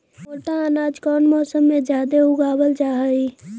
मोटा अनाज कौन मौसम में जादे उगावल जा हई?